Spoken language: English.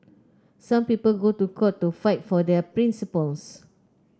some people go to court to fight for their principles